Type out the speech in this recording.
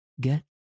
get